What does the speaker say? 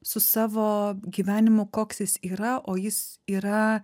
su savo gyvenimu koks jis yra o jis yra